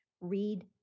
Read